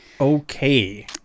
Okay